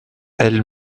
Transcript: elles